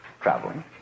traveling